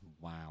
Wow